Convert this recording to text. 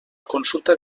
consulta